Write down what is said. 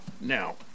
Now